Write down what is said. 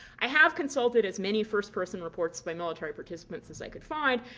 i have consulted as many first-person reports by military participants as i could find,